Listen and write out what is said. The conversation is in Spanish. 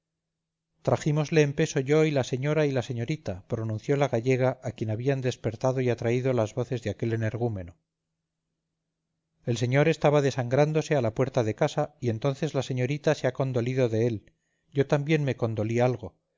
trajímosle en peso yo y la señora y la señorita pronunció la gallega a quien habían despertado y atraído las voces de aquel energúmeno el señor estaba desangrándose a la puerta de casa y entonces la señorita se ha condolido de él yo también me condolí algo